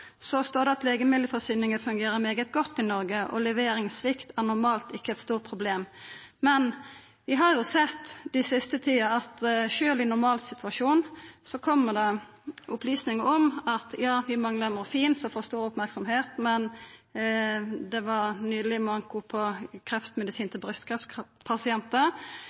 står det at «Legemiddelforsyningen fungerer meget godt i Norge, og leveringssvikt er normalt ikke et stort problem». Vi har den siste tida sett at sjølv i ein normalsituasjon kjem det opplysningar om at vi manglar morfin, og det får stor merksemd, men det var også nyleg manko på kreftmedisin til